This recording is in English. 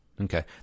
Okay